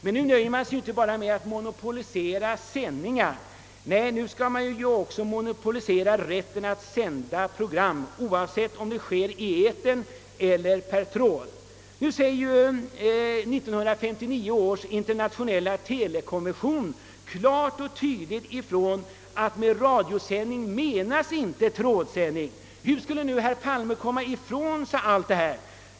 Men nu nöjer man sig inte med att bara monopolisera sändningarna, nu skall man också monopolisera rätten att sända program, oavsett om det sker i etern eller per tråd. 1959 års internationella telekonvention säger emellertid klart och tydligt ifrån, att med radiosändning menas inte trådsändning. Hur skulle nu herr Palme komma ifrån detta?